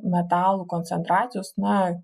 metalų koncentracijos na